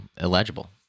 illegible